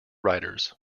writers